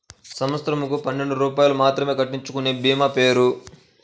సంవత్సరంకు పన్నెండు రూపాయలు మాత్రమే కట్టించుకొనే భీమా పేరు?